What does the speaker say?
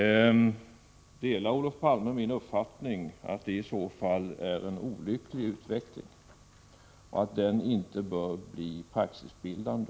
Delar Olof Palme min uppfattning, att det i så fall är en olycklig utveckling och att en sådan inte bör bli praxisbildande?